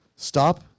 Stop